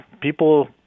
people